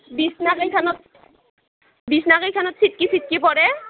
বিছ্না কেইখানত বিছ্না কেইখানত চিট্কি চিট্কি পৰে